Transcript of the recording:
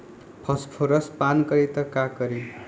Phosphorus पान करी त का करी?